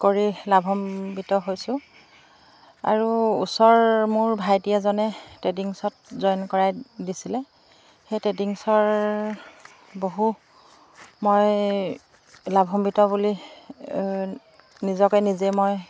কৰি লাভান্বিত হৈছোঁ আৰু ওচৰ মোৰ ভাইটি এজনে ট্ৰেডিংছত জইন কৰাই দিছিলে সেই ট্ৰেডিংছৰ বহু মই লাভান্বিত বুলি নিজকে নিজে মই